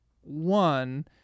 one